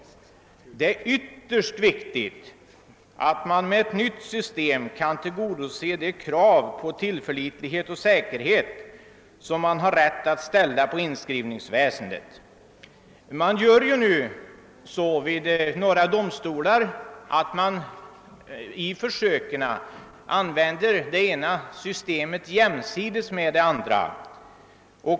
Det är ytterst viktigt att ett nytt system kommer att tillgodose de krav på tillförlitlighet och säkerhet som allmänheten har rätt att ställa på inskrivningsväsendet. Vid några domstolar förfar man numera så att man försöksvis använder det ena systemet jämsides med det andra.